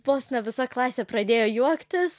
vos ne visa klasė pradėjo juoktis